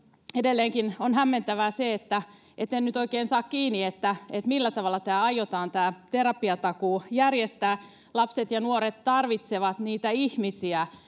edelleenkin on hämmentävää se etten nyt oikein saa kiinni millä tavalla tämä terapiatakuu aiotaan järjestää lapset ja nuoret tarvitsevat niitä ihmisiä